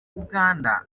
uganda